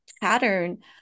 pattern